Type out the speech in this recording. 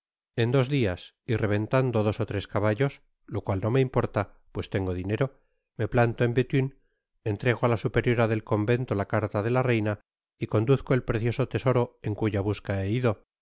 en do dias y reventando dos ó tres caballos lo cual no me importa pues tengo dinero me planto en bethune entrego á la superiora del convento la carta de la reina y conduzco et precioso tesoro en cuya busca he ido no á